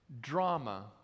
drama